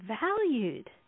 valued